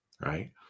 right